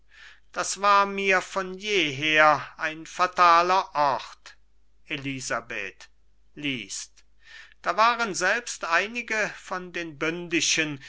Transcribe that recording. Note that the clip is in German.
das war mir von jeher ein fataler ort elisabeth liest da waren selbst einige von den